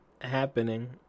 happening